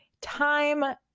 Time